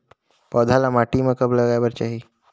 पौधा ल माटी म कब लगाए बर चाही?